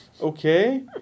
Okay